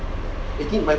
eighteen